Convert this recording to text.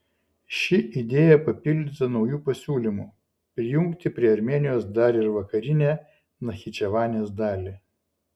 ši idėja papildyta nauju pasiūlymu prijungti prie armėnijos dar ir vakarinę nachičevanės dalį